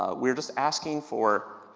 ah we're just asking for,